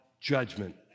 judgment